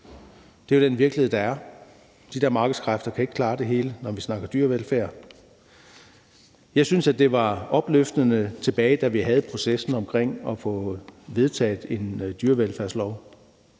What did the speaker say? Det er den virkelighed, der er. De der markedskræfter kan ikke klare det hele, når vi snakker dyrevelfærd. Jeg synes, det var opløftende at se, da vi tilbage i tiden havde processen om at få vedtaget en dyrevelfærdslov.